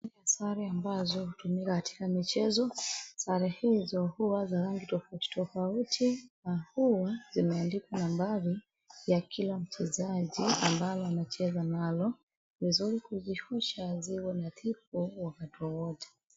Sare ambazo hutumika katika michezo, sare hizo huwa za rangi tofauti tofauti na huwa zimeandikwa nambari ya kila mchezaji ambalo anacheza nalo. Ni vizuri kuihusha zigo nadhifu wakati wowote.